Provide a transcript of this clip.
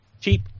cheap